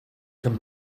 can